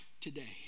today